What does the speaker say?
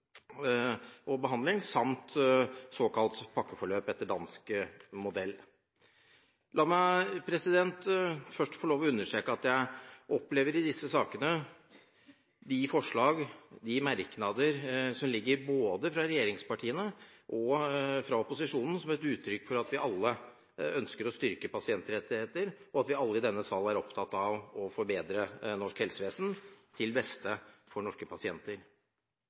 og behandling samt såkalt pakkeforløp etter dansk modell. La meg først få understreke at jeg i disse sakene opplever de forslag og de merknader som ligger, både fra regjeringspartiene og fra opposisjonen, som et uttrykk for at vi alle ønsker å styrke pasientrettighetene, og at vi alle i denne sal er opptatt av å forbedre norsk helsevesen til beste for norske pasienter.